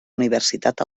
universitat